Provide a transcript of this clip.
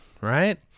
right